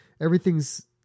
everything's